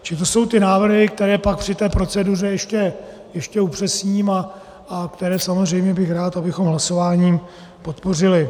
Čili to jsou návrhy, které pak při té proceduře ještě upřesním a které samozřejmě bych rád, abychom hlasováním podpořili.